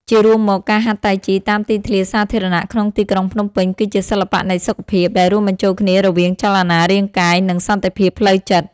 ជារួមមក ការហាត់តៃជីតាមទីធ្លាសាធារណៈក្នុងទីក្រុងភ្នំពេញគឺជា សិល្បៈនៃសុខភាព ដែលរួមបញ្ចូលគ្នារវាង ចលនារាងកាយ និងសន្តិភាពផ្លូវចិត្ត។